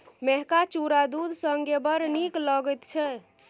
मेहका चुरा दूध संगे बड़ नीक लगैत छै